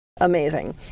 Amazing